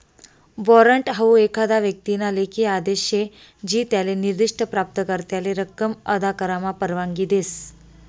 warrant हाऊ एखादा व्यक्तीना लेखी आदेश शे जो त्याले निर्दिष्ठ प्राप्तकर्त्याले रक्कम अदा करामा परवानगी देस